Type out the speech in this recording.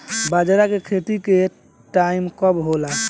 बजरा के खेती के कटाई कब होला?